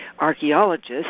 Archaeologists